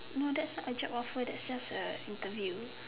no that's not a job offer that is just a interview